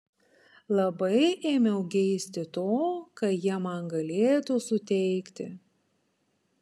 labai ėmiau geisti to ką jie man galėtų suteikti